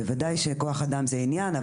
בוודאי שכוח אדם זה עניין,